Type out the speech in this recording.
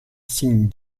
signe